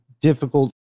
difficult